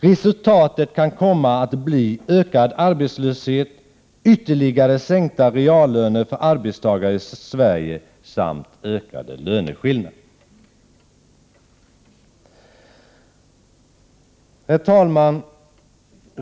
Resultatet kan komma att bli ökad arbetslöshet, ytterligare sänkta reallöner för arbetstagare i Sverige samt ökade löneskillnader. Herr talman!